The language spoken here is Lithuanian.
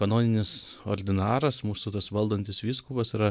kanoninis ordinaras mūsų tas valdantis vyskupas yra